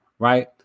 right